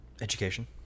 education